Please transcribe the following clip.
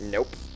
Nope